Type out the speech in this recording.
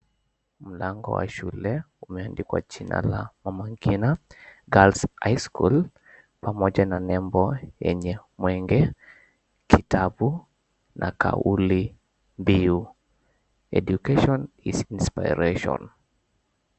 Mlango wa shule umeandikwa jina la "Mama Ngina Girls High School", pamoja na nembo yenye mwenge, kitabu na kauli mbiu "Education is inspiration".